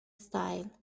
style